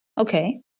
Okay